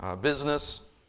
business